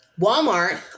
Walmart